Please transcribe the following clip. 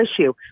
issue